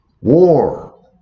war